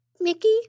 Mickey